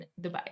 dubai